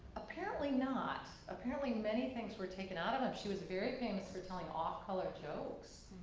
apparently not. apparently many things were taken out of them. she was very famous for telling off color jokes,